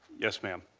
yes ma'am.